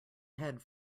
head